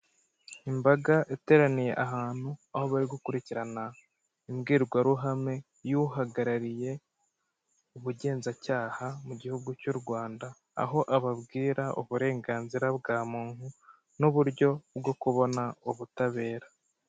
Imbaga yateraniye ahantu aho bari gukurikirana imbwirwaruhame y'uhagarariye ubugenzacyaha mu gihugu cy'u Rwanda, aho ababwira uburenganzira bwa muntu n'uburyo bwo kubona ubutabera.